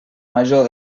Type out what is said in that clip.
major